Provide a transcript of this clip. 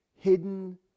hidden